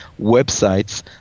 websites